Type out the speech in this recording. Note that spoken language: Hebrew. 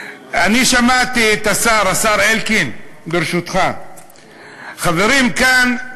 אני שמעתי את השר, השר אלקין, ברשותך, חברים, כאן,